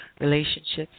relationships